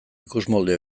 ikusmolde